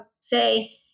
say